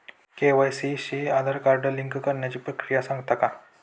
KYC शी Aadhaar card link करण्याची प्रक्रिया सांगता का?